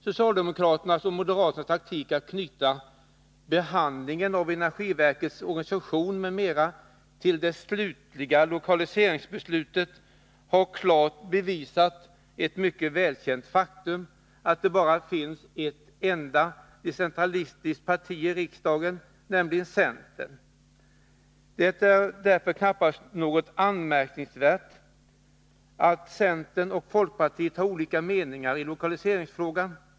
Socialdemokraternas och moderaternas taktik att knyta behandlingen av energiverkets organisation m.m. till det slutliga lokaliseringsbeslutet har klart bevisat ett mycket välkänt faktum, att det bara finns ett decentralistiskt parti i riksdagen, nämligen centern. Det är därför knappast något anmärkningsvärt att centern och folkpartiet har olika mening i lokaliseringsfrågan.